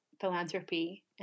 philanthropy